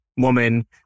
woman